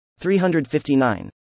359